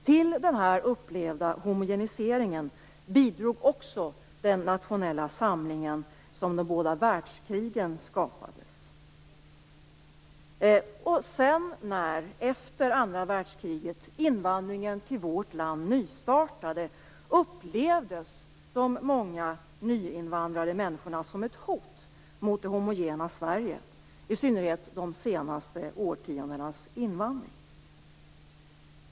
Till den upplevda homogeniseringen bidrog också den nationella samlingen, som de båda världskrigen skapade. När sedan, efter andra världskriget, invandringen till vårt land nystartade upplevdes de många nyinvandrade människorna som ett hot mot det homogena Sverige, i synnerhet invandringen under de senaste årtiondena.